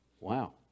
Wow